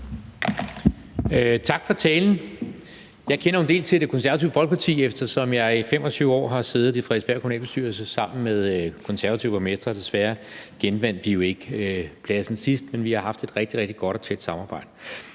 Tak for talen. Jeg kender jo en del til Det Konservative Folkeparti, eftersom jeg i 25 år har siddet i Frederiksbergs kommunalbestyrelse sammen med konservative borgmestre. Desværre genvandt de jo ikke pladsen sidst, men vi har haft et rigtig, rigtig godt og tæt samarbejde.